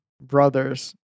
brother's